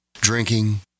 Drinking